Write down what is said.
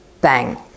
bang